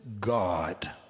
God